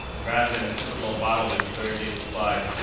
rather than a typical bottle with a thirty day supply,